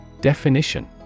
Definition